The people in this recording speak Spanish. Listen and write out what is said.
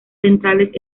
centrales